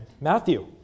Matthew